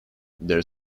their